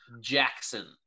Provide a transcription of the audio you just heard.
Jackson